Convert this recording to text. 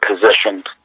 positioned